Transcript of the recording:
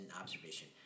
observation